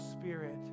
spirit